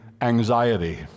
anxiety